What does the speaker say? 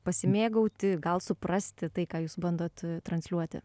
pasimėgauti gal suprasti tai ką jūs bandot transliuoti